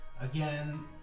Again